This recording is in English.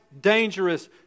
dangerous